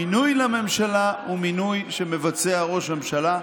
המינוי לממשלה הוא מינוי שמבצע ראש הממשלה,